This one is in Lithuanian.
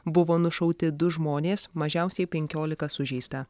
buvo nušauti du žmonės mažiausiai penkiolika sužeista